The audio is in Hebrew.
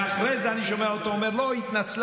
ואחרי זה אני שומע אותו אומר: לא, היא התנצלה.